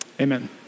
Amen